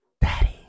Daddy